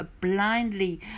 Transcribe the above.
blindly